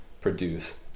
produce